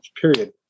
period